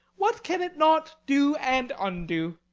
what can it not do and undo?